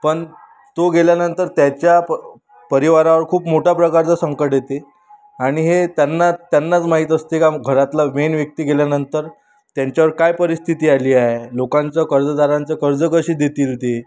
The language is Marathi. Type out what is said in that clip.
पण तो गेल्यानंतर त्याच्या प परिवारावर खूप मोठ्या प्रकारचं संकट येते आणि हे त्यांना त्यांनाच माहीत असते का घरातला मेन व्यक्ती गेल्यानंतर त्यांच्यावर काय परिस्थिती आली आहे लोकांचं कर्जदारांचं कर्ज कशी देतील ते